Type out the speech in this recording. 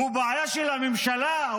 הוא בעיה של הממשלה,